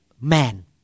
man